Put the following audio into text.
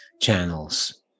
channels